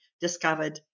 discovered